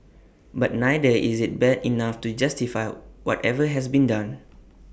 but neither is IT bad enough to justify whatever has been done